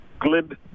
glib